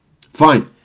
Fine